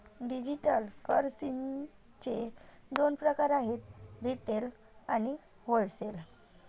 digital करन्सीचे दोन प्रकार आहेत रिटेल आणि होलसेल